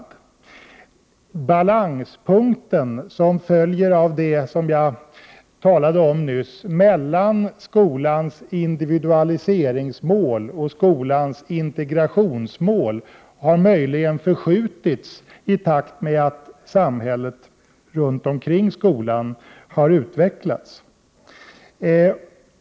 Den balanspunkt som följer av det som jag talade om nyss mellan skolans individualiseringsmål och skolans integrationsmål har möjligen förskjutits i takt med att samhället runt omkring skolan har utvecklats.